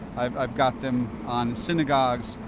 i've i've got them on synagogues,